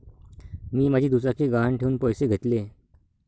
मी माझी दुचाकी गहाण ठेवून पैसे घेतले